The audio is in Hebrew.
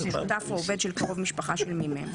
או שותף או עובד של קרוב משפחה של מי מהם".